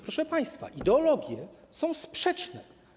Proszę państwa, ideologie są sprzeczne.